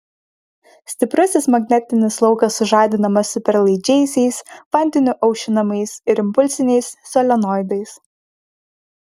stiprusis magnetinis laukas sužadinamas superlaidžiaisiais vandeniu aušinamais ir impulsiniais solenoidais